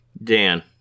Dan